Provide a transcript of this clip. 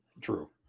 True